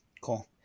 Cool